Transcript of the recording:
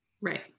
Right